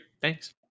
Thanks